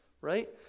right